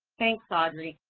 thanks, audrey.